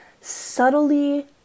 subtly